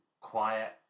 Quiet